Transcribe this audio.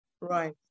Right